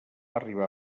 arribar